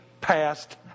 passed